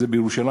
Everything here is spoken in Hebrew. זה בירושלים.